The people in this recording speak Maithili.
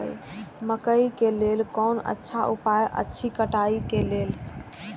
मकैय के लेल कोन अच्छा उपाय अछि कटाई के लेल?